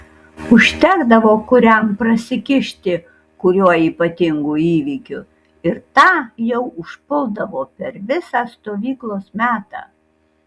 užtekdavo kuriam prasikišti kuriuo ypatingu įvykiu ir tą jau užpuldavo per visą stovyklos metą